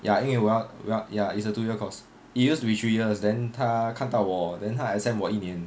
ya 因为我要我要 ya it's a two year course it used to be three years then 他看到我 then 他 exempt 我一年